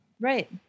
right